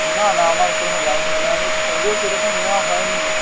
না না আমার সেরকম জানাশোনা নেই আমি খোঁজও সেরকম নেওয়া হয়নি